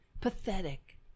Pathetic